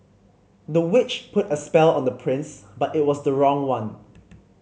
the witch put a spell on the prince but it was the wrong one